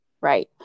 Right